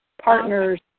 partners